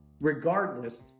regardless